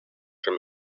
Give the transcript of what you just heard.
from